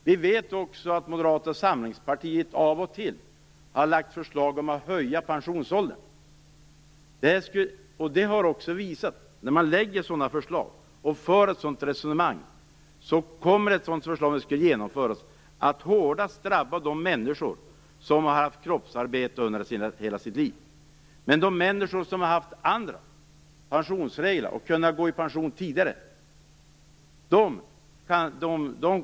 Vi vet också att Moderata samlingspartiet av och till har lagt fram förslag om att höja pensionsåldern. Om man lägger fram och genomför ett sådant förslag kommer det att hårdast drabba de människor som har haft kroppsarbete under hela sitt liv. De människor som har haft andra pensionsregler och kunnat gå i pension tidigare, de kan gå.